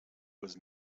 was